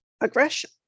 aggression